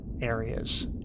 areas